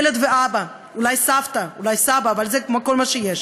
ילד ואבא, אולי סבתא, אולי סבא, אבל זה כל מה שיש.